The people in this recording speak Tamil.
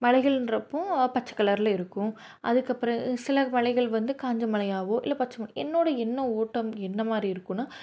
மலைகள்ன்றப்போ பச்சை கலர்ல இருக்கும் அதுக்குப்பிறகு சில மலைகள் வந்து காஞ்ச மலையாகவோ இல்லை பச்சை என்னோடய எண்ண ஓட்டம் என்ன மாதிரி இருக்கும்னா